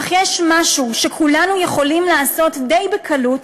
אך יש משהו שכולנו יכולים לעשות די בקלות